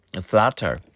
flatter